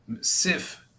Sif